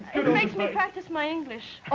it makes me practice my english